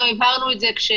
גם הבהרנו את זה כשפתחנו.